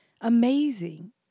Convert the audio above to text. amazing